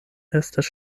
estas